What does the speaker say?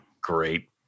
great